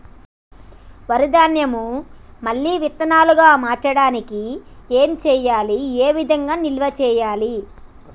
వరి ధాన్యము మళ్ళీ విత్తనాలు గా మార్చడానికి ఏం చేయాలి ఏ విధంగా నిల్వ చేయాలి?